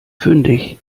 fündig